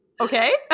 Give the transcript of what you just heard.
okay